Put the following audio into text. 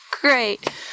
great